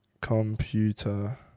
computer